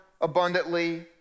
abundantly